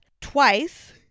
twice